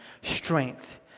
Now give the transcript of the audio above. Strength